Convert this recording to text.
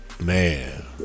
Man